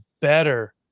Better